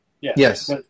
Yes